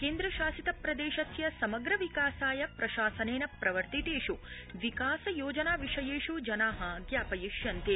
केन्द्रशासितप्रदेशस्य समग्र विकासाय प्रशासनेन प्रवर्तितेषु विकास योजना विषयेषु जना ज्ञापयिष्यन्ते